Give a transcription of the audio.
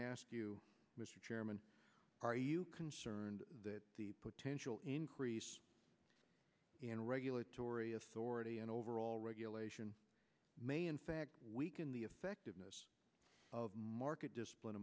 ask you mr chairman are you concerned that the potential increase in regulatory authority and overall regulation may in fact weaken the effectiveness of market discipline